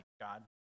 God